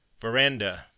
Veranda